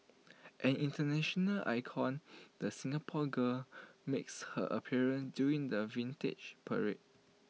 an International icon the Singapore girl makes her appearance during the Vintage Parade